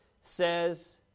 says